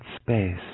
space